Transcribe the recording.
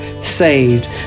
saved